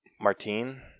Martine